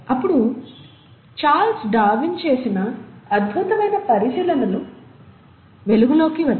అప్పుడు Charles Darwin చేసిన అద్భుతమైన పరిశీలనలు వెలుగులోకి వచ్చాయి